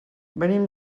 venim